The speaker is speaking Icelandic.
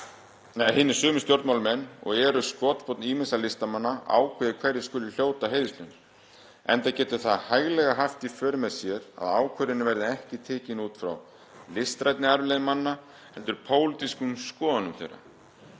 að hinir sömu stjórnmálamenn og eru skotspónn ýmissa listamanna ákveði hverjir skuli hljóta heiðurslaun, enda getur það hæglega haft í för með sér að ákvörðunin verði ekki tekin út frá listrænni arfleifð manna heldur pólitískum skoðunum þeirra.